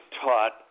taught